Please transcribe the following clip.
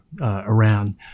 Iran